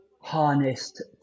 harnessed